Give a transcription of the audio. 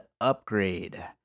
Upgrade